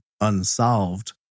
unsolved